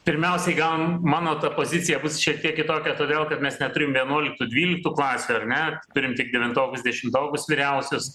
pirmiausiai gal mano ta pozicija bus šiek tiek kitokia todėl kad mes neturim vienuoliktų dvyliktų klasių ar ne turim tik devintokus dešimtokus vyriausius